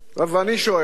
ואני שואל: